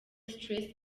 stress